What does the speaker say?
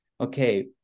okay